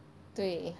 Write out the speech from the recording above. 对